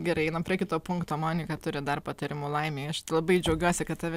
gerai einam prie kito punkto monika turi dar patarimų laimei aš labai džiaugiuosi kad tave